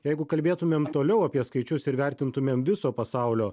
jeigu kalbėtumėm toliau apie skaičius ir vertintumėm viso pasaulio